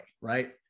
right